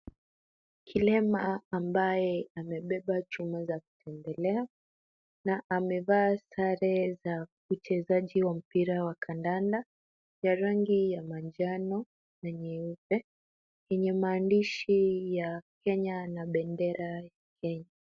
Kilema ambaye amebeba chuma za kutembelea na amevaa sare za uchezaji wa mpira wa kandanda, ya rangi ya manjano na nyeupe yenye maandishi ya Kenya na bendera ya Kenya.